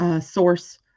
source